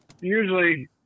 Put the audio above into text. usually